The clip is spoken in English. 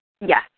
Yes